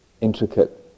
intricate